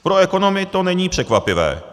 Pro ekonomy to není překvapivé.